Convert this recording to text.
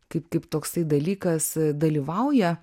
kaip kaip toksai dalykas dalyvauja